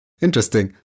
interesting